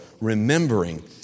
remembering